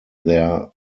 their